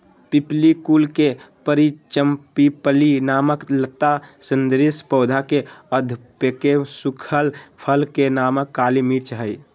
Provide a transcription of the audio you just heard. पिप्पली कुल के मरिचपिप्पली नामक लता सदृश पौधा के अधपके सुखल फल के नाम काली मिर्च हई